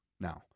now